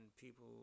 people